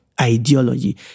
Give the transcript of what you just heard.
ideology